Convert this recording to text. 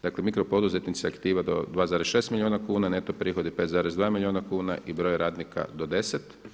Dakle, mikro poduzetnici aktiva do 2,6 milijuna kuna, neto prihodi 5,2 milijuna kuna i broj radnika do 10.